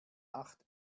acht